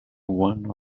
one